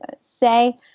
say